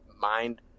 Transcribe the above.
mind